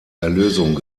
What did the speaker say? erlösung